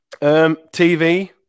TV